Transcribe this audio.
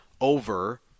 over